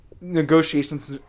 negotiations